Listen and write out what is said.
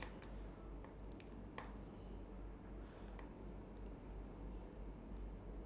ah like the okay like like what position is your statue ya I call it position ya